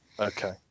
Okay